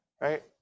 Right